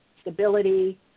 stability